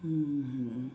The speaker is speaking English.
mmhmm